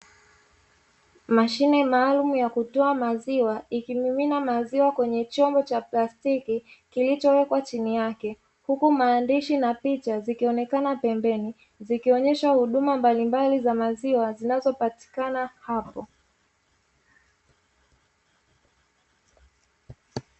Mashine maalumu ya kutoa maziwa ikimimina maziwa kwenye chombo cha plastiki kilichowekwa chini yake, huku maandishi na picha zikionekana pembeni zikionyesha huduma mbalimbali za maziwa zinazopatikana hapo.